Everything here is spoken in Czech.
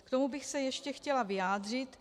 K tomu bych se ještě chtěla vyjádřit.